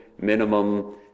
minimum